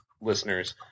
listeners